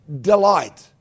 delight